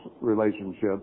relationships